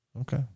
Okay